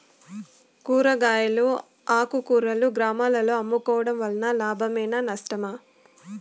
కూరగాయలు ఆకుకూరలు గ్రామాలలో అమ్ముకోవడం వలన లాభమేనా నష్టమా?